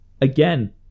again